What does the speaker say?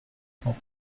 cent